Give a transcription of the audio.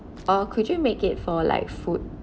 or could you make it for like food